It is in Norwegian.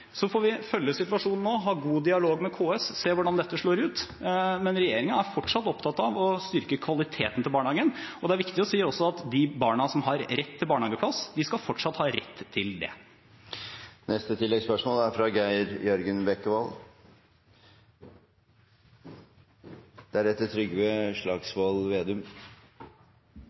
Så får vi følge situasjonen nå, ha god dialog med KS, og se hvordan dette slår ut. Men regjeringen er fortsatt opptatt av å styrke kvaliteten til barnehagen. Det er også viktig å si at de barna som har rett til barnehageplass, fortsatt skal ha rett til det.